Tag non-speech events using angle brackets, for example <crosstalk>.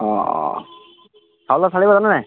<unintelligible>